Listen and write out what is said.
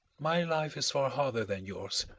my life is far harder than yours.